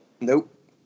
Nope